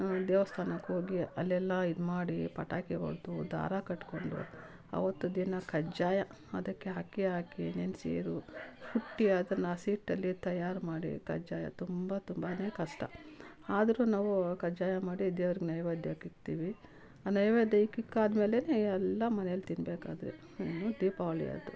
ದೇವಸ್ಥಾನಕ್ ಹೋಗಿ ಅಲ್ಲೆಲ್ಲಾ ಇದು ಮಾಡಿ ಪಟಾಕಿ ಹೊಡ್ದು ದಾರ ಕಟ್ಕೊಂಡು ಅವತ್ತು ದಿನ ಕಜ್ಜಾಯ ಅದಕ್ಕೆ ಅಕ್ಕಿ ಹಾಕಿ ನೆನ್ಸಿರು ಕುಟ್ಟಿ ಅದನ್ನು ಹಸಿ ಹಿಟ್ಟಲ್ಲಿ ತಯಾರು ಮಾಡಿ ಕಜ್ಜಾಯ ತುಂಬ ತುಂಬಾ ಕಷ್ಟ ಆದರೂ ನಾವು ಕಜ್ಜಾಯ ಮಾಡಿ ದೇವ್ರಿಗ್ ನೈವೇದ್ಯಕ್ಕೆ ಇಕ್ತಿವಿ ಆ ನೈವೇದ್ಯ ಇಕ್ಕಿಕ್ಕಿ ಆದ್ಮೇಲೆ ಎಲ್ಲ ಮನೇಯಲ್ ತಿನ್ಬೇಕು ಆದರೆ ದೀಪಾವಳಿ ಅದು